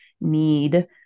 need